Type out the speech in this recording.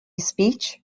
speech